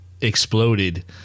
exploded